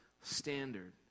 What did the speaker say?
standard